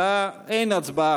אין הצבעה,